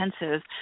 intensive